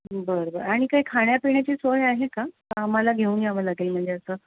बरं बरं आणि काही खाण्यापिण्याची सोय आहे का का आम्हाला घेऊन यावं लागेल म्हणजे असं